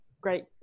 great